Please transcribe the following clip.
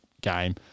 game